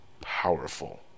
powerful